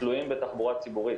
תלויים בתחבורה ציבורית.